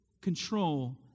control